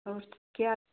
ਹੋਰ ਕਿਆ